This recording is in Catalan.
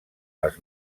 les